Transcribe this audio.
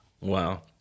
wow